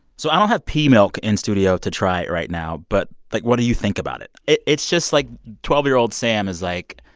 so i don't have pea milk in studio to try right now. but, like, what do you think about it? it's just like twelve year old sam is like,